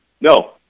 No